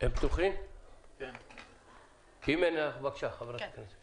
אם אין, בבקשה, חברת הכנסת.